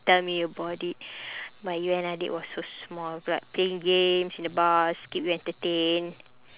tell me about it but you and adik was so small I'll be like playing games in the bus keep you entertained